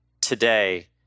today